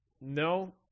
No